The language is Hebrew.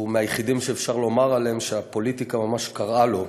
הוא מהיחידים שאפשר לומר עליהם שהפוליטיקה ממש קראה לו,